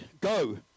go